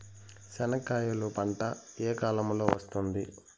చెనక్కాయలు పంట ఏ కాలము లో వస్తుంది